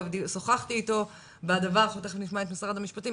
שוחחתי איתו ואנחנו תיכף נשמע את משרד המשפטים,